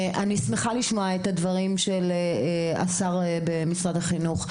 אני שמחה לשמוע את הדברים של השר במשרד החינוך,